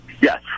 yes